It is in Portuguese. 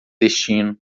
destino